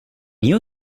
you